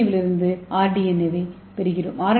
ஏவிலிருந்து R